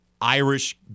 Irish